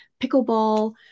pickleball